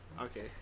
Okay